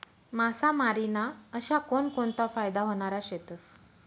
मासामारी ना अशा कोनकोनता फायदा व्हनारा शेतस?